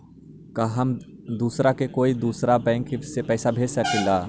का हम दूसरा के कोई दुसरा बैंक से पैसा भेज सकिला?